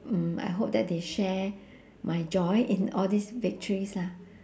mm I hope that they share my joy in all these victories lah